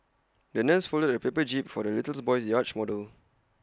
the nurse folded A paper jib for the little boy's yacht model